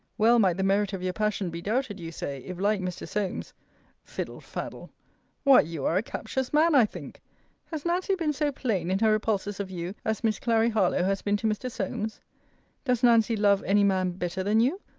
well might the merit of your passion be doubted, you say, if, like mr. solmes fiddle-faddle why, you are a captious man, i think has nancy been so plain in her repulses of you as miss clary harlowe has been to mr. solmes does nancy love any man better than you,